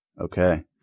Okay